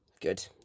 good